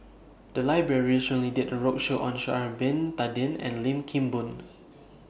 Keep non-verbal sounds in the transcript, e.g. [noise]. The Library recently did A roadshow on Sha'Ari Bin Tadin and Lim Kim Boon [noise]